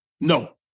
no